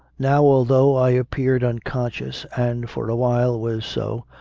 now although i appeared unconscious, and for a while was so,